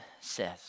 says